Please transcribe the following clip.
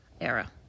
era